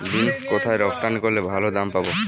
Beans কোথায় রপ্তানি করলে ভালো দাম পাব?